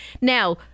Now